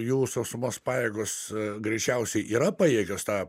jų sausumos pajėgos greičiausiai yra pajėgios tą